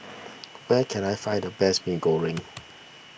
where can I find the best Mee Goreng